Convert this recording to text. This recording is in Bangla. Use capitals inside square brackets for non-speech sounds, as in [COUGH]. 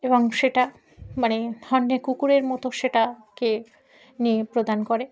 এবং সেটা মানে [UNINTELLIGIBLE] কুকুরের মতো সেটাকে নিয়ে প্রদান করে